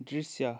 दृश्य